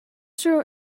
true